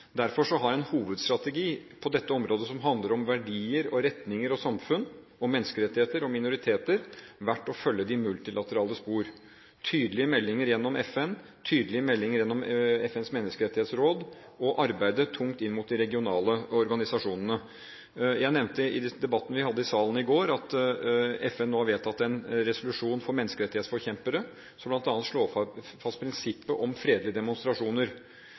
Derfor har en hovedstrategi på dette området, som handler om verdier, retninger, samfunn, menneskerettigheter og minoriteter, vært å følge de multilaterale spor: tydelige meldinger gjennom FN, tydelige meldinger gjennom FNs menneskerettighetsråd og å arbeide tungt inn mot de regionale organisasjonene. Jeg nevnte i debatten vi hadde i salen i går, at FN nå har vedtatt en resolusjon for menneskerettighetsforkjempere, som bl.a. slår fast prinsippet om fredelige demonstrasjoner.